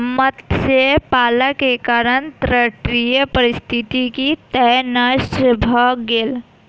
मत्स्य पालन के कारण तटीय पारिस्थितिकी तंत्र नष्ट भ गेल